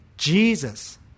Jesus